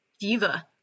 diva